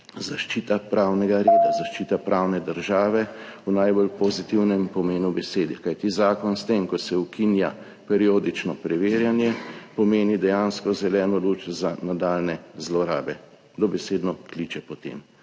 zaščita pravnega reda, zaščita pravne države v najbolj pozitivnem pomenu besede. Kajti zakon s tem, ko se ukinja periodično preverjanje, pomeni dejansko zeleno luč za nadaljnje zlorabe, dobesedno kliče po tem.